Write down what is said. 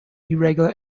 irregular